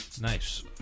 Nice